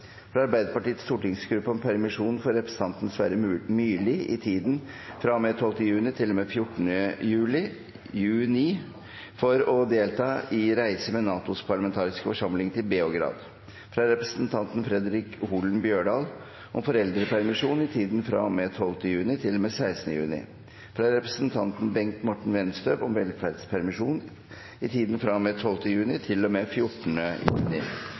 fra Arbeiderpartiets stortingsgruppe om permisjon for representanten Sverre Myrli i tiden fra og med 12. juni til og med 14. juni for å delta i reise med NATOs parlamentariske forsamling til Beograd fra representanten Fredric Holen Bjørdal om foreldrepermisjon i tiden fra og med 12. juni til og med 16. juni fra representanten Bengt Morten Wenstøb om velferdspermisjon i tiden fra og med 12. juni til og med 14. juni